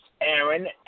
Aaron